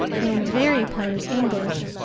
in very plain english,